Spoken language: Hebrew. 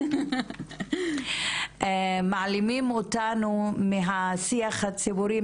מעלימים אותנו מהשיח הציבורי,